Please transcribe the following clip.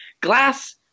Glass